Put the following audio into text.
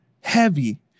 heavy